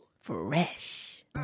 Fresh